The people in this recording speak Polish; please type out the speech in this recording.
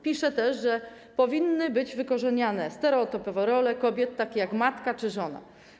Pisze też, że powinny być wykorzenione stereotypowe role kobiet, takie jak rola matki czy żony.